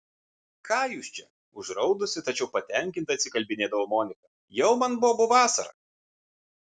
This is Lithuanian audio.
ką jūs čia užraudusi tačiau patenkinta atsikalbinėdavo monika jau man bobų vasara